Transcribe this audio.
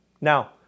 Now